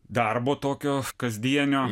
darbo tokio kasdienio